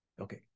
Okay